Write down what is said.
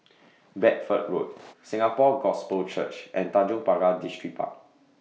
Bedford Road Singapore Gospel Church and Tanjong Pagar Distripark